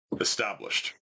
established